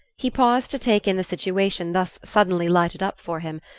he paused to take in the situation thus suddenly lighted up for him,